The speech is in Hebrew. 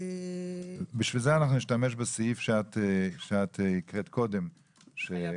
לכן נשתמש בסעיף שהקראת קודם, חייב